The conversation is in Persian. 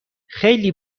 خیلی